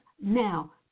now